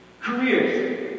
Careers